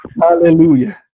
Hallelujah